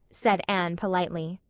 said anne politely.